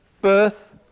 Birth